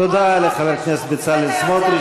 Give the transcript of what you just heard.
תודה לחבר הכנסת בצלאל סמוטריץ.